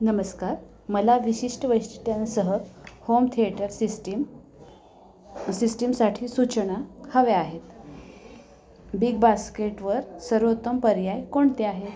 नमस्कार मला विशिष्ट वैशिष्ट्यांसह होम थिएटर सिस्टीम सिस्टीमसाठी सूचना हव्या आहेत बिग बास्केटवर सर्वोत्तम पर्याय कोणते आहेत